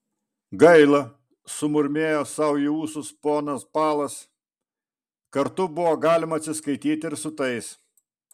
gaila sumurmėjo sau į ūsus ponas palas kartu buvo galima atsiskaityti ir su tais